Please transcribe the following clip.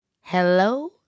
Hello